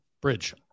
bridge